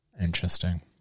Interesting